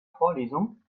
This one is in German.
vorlesung